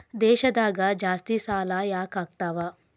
ದೇಶದಾಗ ಜಾಸ್ತಿಸಾಲಾ ಯಾಕಾಗ್ತಾವ?